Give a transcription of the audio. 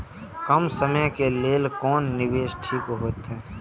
कम समय के लेल कोन निवेश ठीक होते?